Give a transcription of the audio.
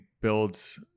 builds